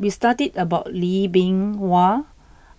we studied about Lee Bee Wah